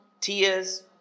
tears